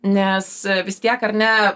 nes vis tiek ar ne